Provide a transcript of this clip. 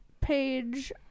page